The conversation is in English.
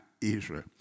Israel